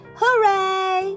hooray 。